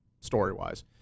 story-wise